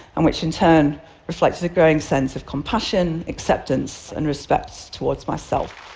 and which in turn reflected a growing sense of compassion, acceptance and respect towards myself.